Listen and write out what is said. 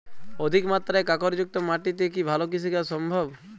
অধিকমাত্রায় কাঁকরযুক্ত মাটিতে কি ভালো কৃষিকাজ সম্ভব?